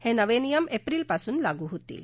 हे नवे नियम एप्रिलपासून लागू होतील